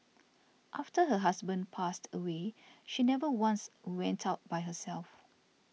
after her husband passed away she never once went out by herself